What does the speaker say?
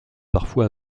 parfois